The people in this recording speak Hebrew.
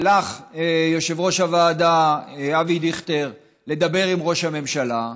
הלך יושב-ראש הוועדה אבי דיכטר לדבר עם ראש הממשלה,